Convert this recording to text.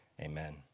amen